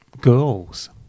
girls